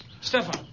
Stefan